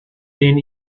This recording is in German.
den